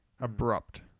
abrupt